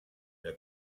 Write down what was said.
der